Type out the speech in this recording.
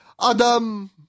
Adam